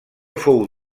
fou